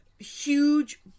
huge